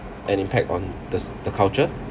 an impact on the the culture